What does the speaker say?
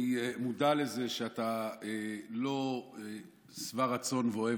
אני מודע לזה שאתה לא שבע רצון ואוהב